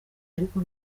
ariko